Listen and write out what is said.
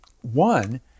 One